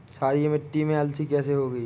क्षारीय मिट्टी में अलसी कैसे होगी?